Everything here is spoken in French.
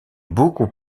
beaucoup